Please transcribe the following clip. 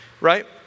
right